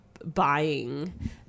buying